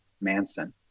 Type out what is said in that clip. Manson